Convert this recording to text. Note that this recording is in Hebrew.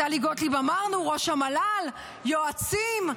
טלי גוטליב, אמרנו, ראש המל"ל, יועצים.